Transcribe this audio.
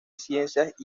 ciencias